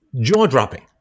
jaw-dropping